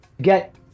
get